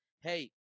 hey